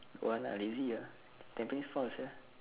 don't want ah lazy ah tampines far sia